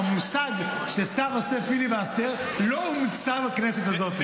המושג ששר עושה פיליבסטר לא הומצא בכנסת הזו.